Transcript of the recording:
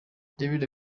david